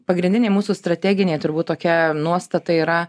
pagrindinė mūsų strateginė turbūt tokia nuostata yra